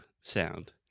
sound